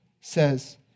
says